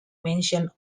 mention